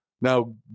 now